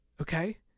Okay